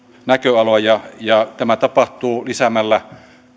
näköaloja tämä tapahtuu lisäämällä